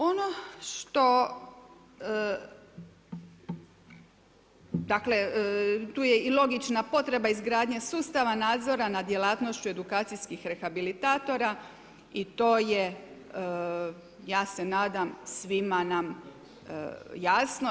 Ono što, dakle tu je i logična potreba izgradnje sustava nadzora nad djelatnošću edukacijskih rehabilitatora i to je ja se nadam svima nam jasno.